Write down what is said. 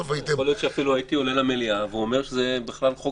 יכול להיות שאפילו הייתי עולה למליאה ואומר שזה בכלל חוק